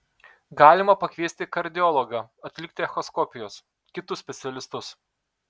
galima pakviesti kardiologą atlikti echoskopijos kitus specialistus